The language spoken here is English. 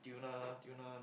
tuner tuner